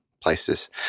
places